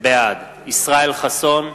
בעד ישראל חסון,